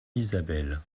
isabelle